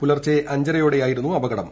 പുലർച്ചെ അഞ്ചരയോടെയായിരുന്നു അപകടം